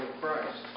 Christ